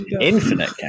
infinite